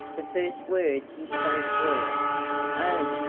the first words he spoke were oh!